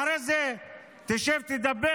אחרי זה שב ותדבר.